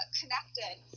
connected